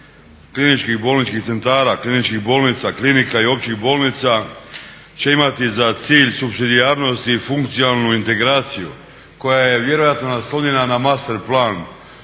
kliničkih bolničkih centara, kliničkih bolnica, klinika i općih bolnica će imati za cilj supsidijarnost i funkcionalnu integraciju koja je vjerojatno naslovljena na masterplan